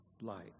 light